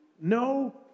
No